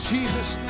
Jesus